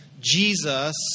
Jesus